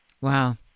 Wow